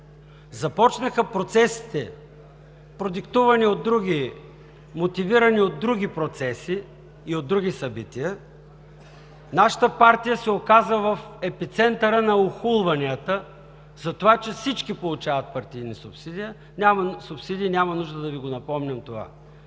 започнаха процесите, продиктувани от други, мотивирани от други процеси и от други събития, нашата партия се оказа в епицентъра на охулванията за това, че всички получават партийна субсидия. Няма нужда да Ви напомням това.